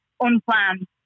unplanned